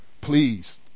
please